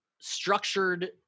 structured